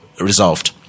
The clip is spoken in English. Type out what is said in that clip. resolved